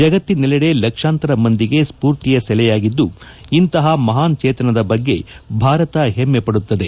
ಜಗತ್ತಿನೆಲ್ಲೆಡೆ ಲಕ್ಷಾಂತರ ಮಂದಿಗೆ ಸ್ಪೂರ್ತಿಯ ಸೆಲೆಯಾಗಿದ್ದು ಇಂತಹ ಮಹಾನ್ ಚೇತನದ ಬಗ್ಗೆ ಭಾರತ ಹೆಮ್ಮೆ ಪದುತ್ತದೆ